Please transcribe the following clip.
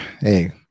Hey